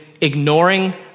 ignoring